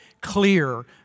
clear